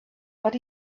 but